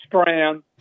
strand